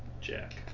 Jack